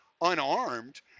unarmed